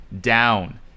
Down